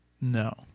No